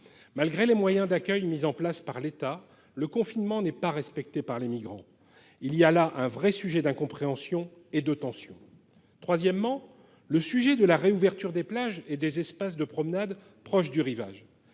Malgré les moyens d'accueil mis en place par l'État, le confinement n'est pas respecté par les migrants. Il y a là un vrai sujet d'incompréhensions et de tensions. Troisièmement, le sujet de la réouverture des plages et des espaces de promenade proches du rivage.